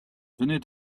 venez